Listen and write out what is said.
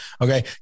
Okay